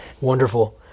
Wonderful